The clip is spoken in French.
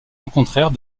rencontrèrent